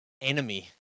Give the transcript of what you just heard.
enemy